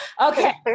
Okay